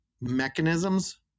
mechanisms